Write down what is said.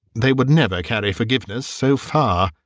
they would never carry forgiveness so far.